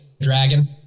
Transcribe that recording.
Dragon